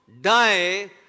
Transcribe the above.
die